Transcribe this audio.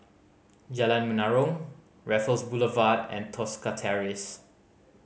Jalan Menarong Raffles Boulevard and Tosca Terrace